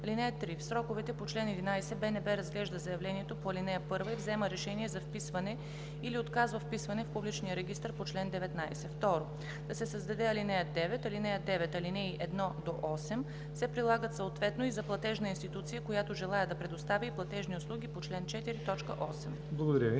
„(3) В сроковете по чл. 11 БНБ разглежда заявлението по ал. 1 и взема решение за вписване или отказва вписване в публичния регистър по чл. 19.“ 2. Да се създаде ал. 9: „(9) Алинеи 1 – 8 се прилагат съответно и за платежна институция, която желае да предоставя и платежни услуги по чл. 4, т.